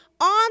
on